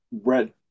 Red